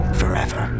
forever